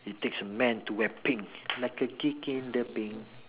it takes a man to wear pink like a in the pink